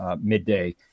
midday